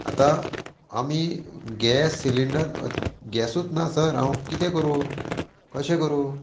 आतां आमी gas cylinder गॅसूच ना सर हांव कितें करूं कशें करूं